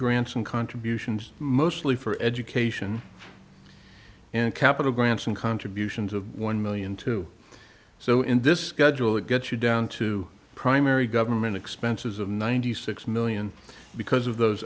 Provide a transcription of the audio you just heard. grants and contributions mostly for education and capital grants and contributions of one million to so in this schedule that get you down to primary government expenses of ninety six million because of those